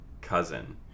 Cousin